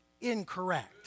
incorrect